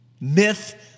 Myth